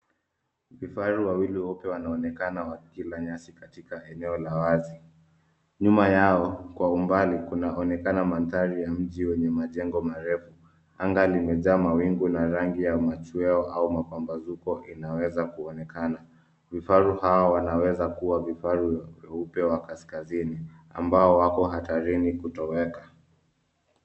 Vifaru wawili weupe wanaonekana wakila nyasi katika eneo la wazi. Nyuma yao kwa umbali kunaonekana mandhari ya mjii wenye majengo marefu. Anga limejaa mawingu na rangi ya machweo au mapambazuko inaweza kuonekana. Vifaru hawa wanaweza kuwa vifaru weupe wa kaskazini ambao wapo hatarini kutoweka.